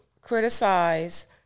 criticize